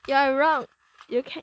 you are wrong you can